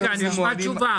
רגע, נשמע תשובה.